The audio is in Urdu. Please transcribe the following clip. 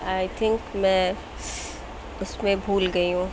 آئی تھنک میں اُس میں بھول گئی ہوں